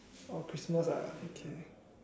oh Christmas ah okay